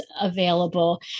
available